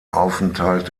aufenthalt